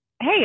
hey